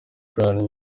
brian